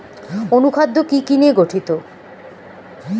অনুখাদ্য কি কি নিয়ে গঠিত?